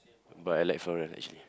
but I like floral actually